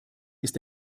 ist